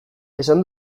esan